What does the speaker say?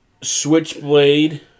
Switchblade